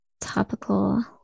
topical